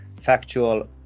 factual